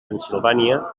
pennsilvània